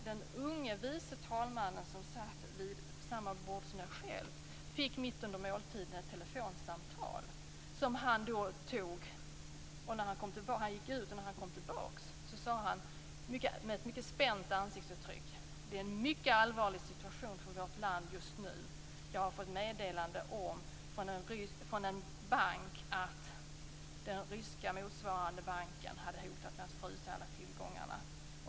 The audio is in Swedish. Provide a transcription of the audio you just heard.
Den unge vice talmannen som satt vid samma bord som jag själv fick mitt under måltiden ett telefonsamtal som han gick ut och tog. När han kom tillbaka sade han med ett mycket spänt ansiktsuttryck: Det är en mycket allvarlig situation för vårt land just nu. Jag har fått meddelande från en bank att den ryska motsvarande banken hotat med att frysa alla tillgångar.